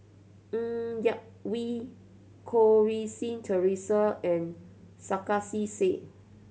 Ng Yak Whee Goh Rui Si Theresa and Sarkasi Said